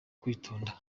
kwitonda